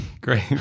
Great